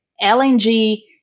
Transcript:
LNG